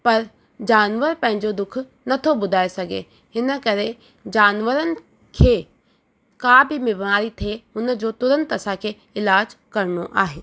पर जानवर पंहिंजो दुखु नथो ॿुधाए सघे हिन करे जानवरनि खे का बि बीमारी थिए हुन जो तुरंत असांखे इलाजु करिणो आहे